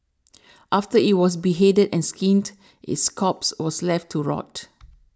after it was beheaded and skinned its corpse was left to rot